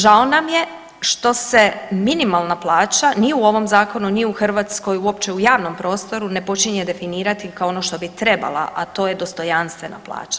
Žao nam je što se minimalna plaća ni u ovom zakonu, ni u Hrvatskoj uopće u javnom prostoru ne počinje definirati kao ono što bi trebala, a to je dostojanstvena plaća.